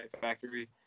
factory